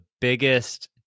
biggest